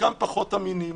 חלקם פחות אמינים.